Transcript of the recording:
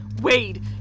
Wade